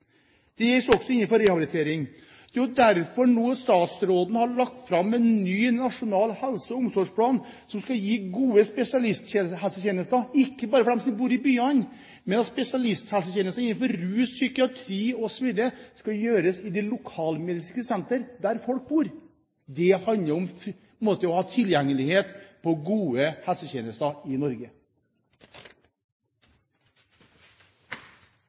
Det gjelder også innenfor rehabilitering. Det er jo derfor statsråden nå har lagt fram en ny nasjonal helse- og omsorgsplan som skal gi gode spesialisthelsetjenester ikke bare for dem som bor i byene, men spesialisthelsetjenester innenfor rus, psykiatri osv. i lokalmedisinske sentre der folk bor. Det handler om å ha tilgjengelighet på gode helsetjenester i Norge.